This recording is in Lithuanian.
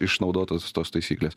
išnaudotos tos taisyklės